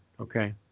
Okay